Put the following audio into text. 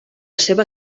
seva